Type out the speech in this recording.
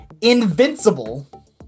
Invincible